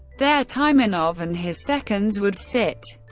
there taimanov and his seconds would sit,